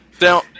Now